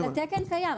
התקן קיים.